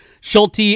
Schulte